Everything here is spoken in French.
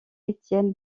étienne